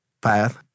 path